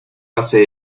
hace